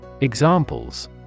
Examples